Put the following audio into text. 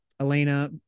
Elena